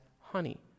honey